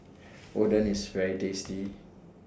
Oden IS very tasty